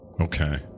Okay